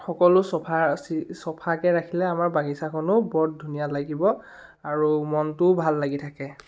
সকলো চাফা চি চাফাকৈ ৰাখিলে আমাৰ বাগিছাখনো বৰ ধুনীয়া লাগিব আৰু মনটোও ভাল লাগি থাকে